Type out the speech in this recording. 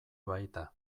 baita